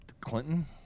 Clinton